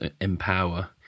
Empower